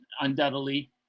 undoubtedly